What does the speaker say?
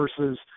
versus